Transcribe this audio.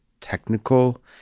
technical